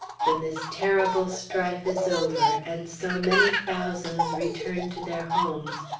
when this terrible strife is over, and so many thousands return to their homes,